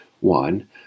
one